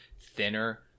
Thinner